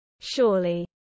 surely